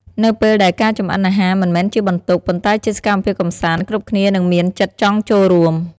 នៅពេលដែលការចម្អិនអាហារមិនមែនជាបន្ទុក ប៉ុន្តែជាសកម្មភាពកម្សាន្ត គ្រប់គ្នានឹងមានចិត្តចង់ចូលរួម ។